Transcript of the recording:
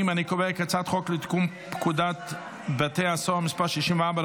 ההצעה להעביר את הצעת חוק תיקון פקודת בתי הסוהר (מס' 64,